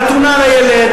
חתונה לילד,